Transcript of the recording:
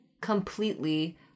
completely